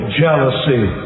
jealousy